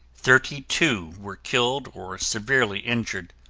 thirty-two were killed or severely injured.